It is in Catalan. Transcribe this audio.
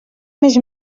més